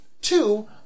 Two